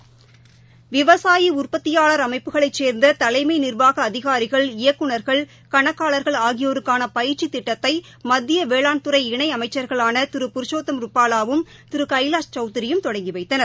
விவசாயி உற்பத்தியாளா் அமைப்புகளைச் சேர்ந்த தலைமை நிர்வாக அதிகாரிகள் இயக்குநர்கள் கனக்காளர்கள் ஆகியோருக்கான பயிற்சித் திட்டத்தை மத்திய வேளாண்துறை இனை அமச்சர்களான திரு புருஷோத்தம் ருப்பாலாவும் திரு கைலாஷ் சௌத்திரியும் தொடங்கி வைத்தனர்